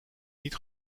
niet